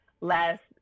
last